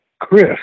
Chris